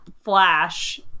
flash